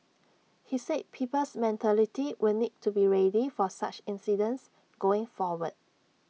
he said people's mentality will need to be ready for such incidents going forward